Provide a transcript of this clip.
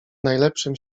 najlepszym